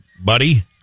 buddy